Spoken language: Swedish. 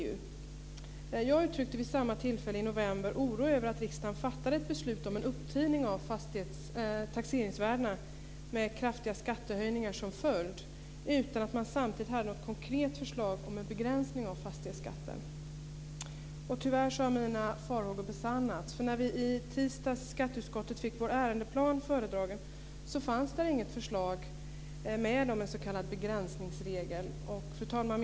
Jag uttryckte vid samma tillfälle oro över att riksdagen fattade ett beslut om en upptining av taxeringsvärdena med kraftiga skattehöjningar som följd utan att samtidigt ha något konkret förslag om en begränsning av fastighetsskatten. Tyvärr har mina farhågor besannats. När vi i tisdags i skatteutskottet fick vår ärendeplan föredragen fanns inget förslag om en s.k. Fru talman!